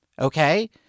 Okay